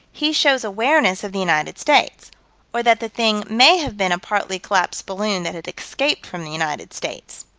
he shows awareness of the united states or that the thing may have been a partly collapsed balloon that had escaped from the united states.